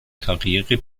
karriere